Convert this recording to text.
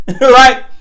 Right